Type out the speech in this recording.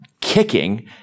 kicking